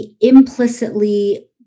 implicitly